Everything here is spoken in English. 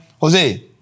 Jose